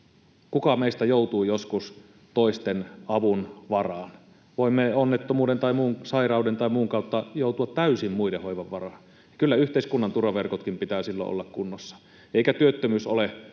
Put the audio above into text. kuka meistä joutuu joskus toisten avun varaan. Voimme onnettomuuden tai muun sairauden tai muun kautta joutua täysin muiden hoivan varaan. Kyllä yhteiskunnan turvaverkkojenkin pitää silloin olla kunnossa. Eikä työttömyys ole